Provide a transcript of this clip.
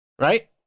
right